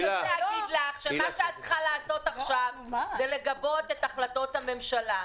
מה שאת צריכה לעשות עכשיו זה לגבות את החלטות הממשלה.